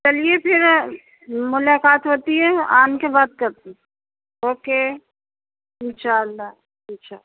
چلیے پھر ملاقات ہوتی ہے آن کے بات کرتی ہ اوکے انشاء اللہ انھاء